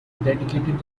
dedicated